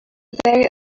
very